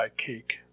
Cake